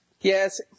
Yes